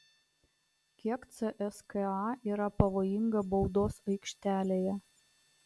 kiek cska yra pavojinga baudos aikštelėje